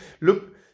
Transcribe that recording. look